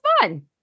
fun